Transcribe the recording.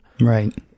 right